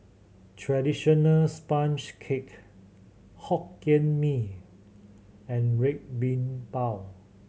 traditional sponge cake Hokkien Mee and Red Bean Bao